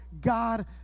God